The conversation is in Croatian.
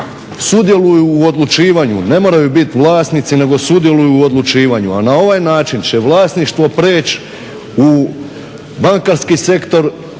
sudjeluju u odlučivanju. Ne moraju biti vlasnici, nego sudjeluju u odlučivanju. A na ovaj način će vlasništvo prijeći u bankarski sektor,